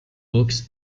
books